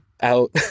out